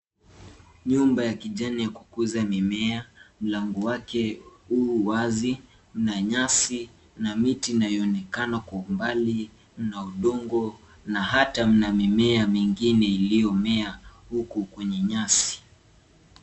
Nyumba ya kijani ya kukuza mimea, mlango wake uwazi. Kuna nyasi, kuna miti inayoonekana kwa umbali, kuna udongo na hata mna mimea mingine iliyomea huku kwenye nyasi.